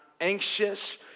anxious